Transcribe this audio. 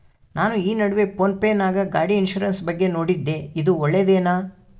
ನಾನು ಈ ನಡುವೆ ಫೋನ್ ಪೇ ನಾಗ ಗಾಡಿ ಇನ್ಸುರೆನ್ಸ್ ಬಗ್ಗೆ ನೋಡಿದ್ದೇ ಇದು ಒಳ್ಳೇದೇನಾ?